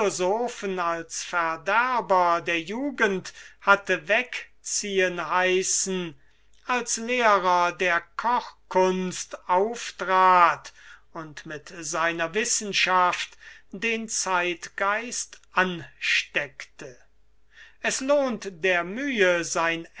philosophen als verderber der jugend hatte wegziehen heißen als lehrer der kochkunst auftrat und mit seiner wissenschaft den zeitgeist ansteckte es lohnt der mühe sein